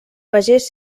pagés